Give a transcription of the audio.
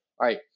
right